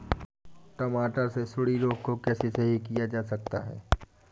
टमाटर से सुंडी रोग को कैसे सही किया जा सकता है?